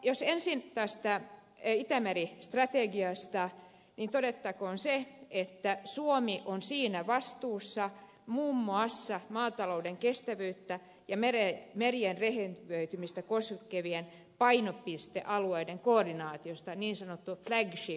jos ensin puhun itämeri strategiasta niin todettakoon se että suomi on siinä vastuussa muun muassa maatalouden kestävyyttä ja merien rehevöitymistä koskevien painopistealueiden niin sanotut flagship areas koordinaatiosta